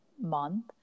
month